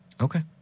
Okay